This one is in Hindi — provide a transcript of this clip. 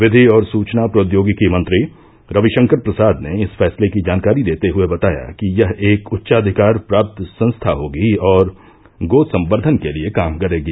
विधि और सूचना प्रौद्योगिकी मंत्री रविशंकर प्रसाद ने इस फैसले की जानकारी देते हुए बताया कि यह एक उच्चाधिकार प्राप्त संस्था होगी और गो संवर्द्वन के लिये काम करेगी